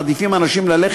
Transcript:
אנשים מעדיפים ללכת